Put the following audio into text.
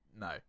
No